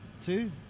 Two